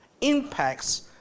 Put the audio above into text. impacts